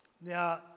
Now